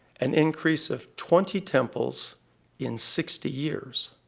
an increase of twenty temples in sixty years.